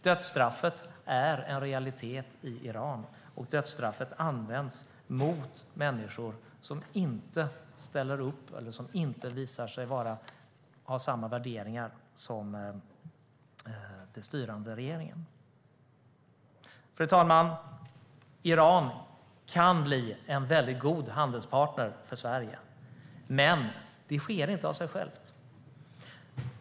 Dödsstraffet är en realitet i Iran, och det används mot människor som inte visar sig ha samma värderingar som den styrande regeringen. Fru talman! Iran kan bli en väldigt god handelspartner för Sverige, men det sker inte av sig självt.